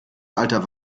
alter